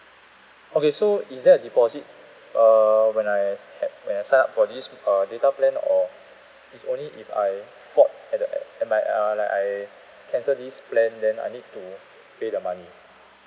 okay so is there a deposit err when I uh he~ when I sign up for this uh data plan or it's only if I swap at the and like uh like I cancel this plan then I need to pay the money